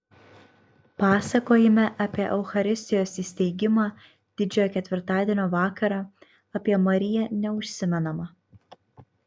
pasakojime apie eucharistijos įsteigimą didžiojo ketvirtadienio vakarą apie mariją neužsimenama